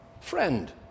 Friend